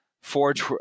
forge